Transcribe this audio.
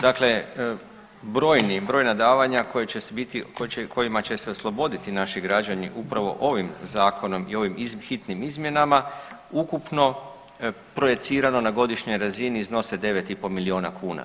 Dakle, brojni, brojna davanja koji će biti, kojima će se osloboditi naši građani upravo ovim zakonom i ovim hitnim izmjenama ukupno projicirano na godišnjoj razini iznose 9,5 miliona kuna.